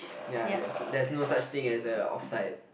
ya there's there's no such thing as a off side